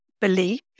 belief